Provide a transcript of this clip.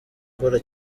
ukora